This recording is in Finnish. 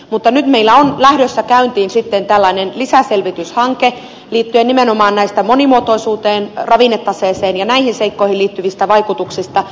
mutta nyt meillä on lähdössä käyntiin lisäselvityshanke liittyen nimenomaan monimuotoisuuteen ravinnetaseeseen ja näihin seikkoihin liittyviin vaikutuksiin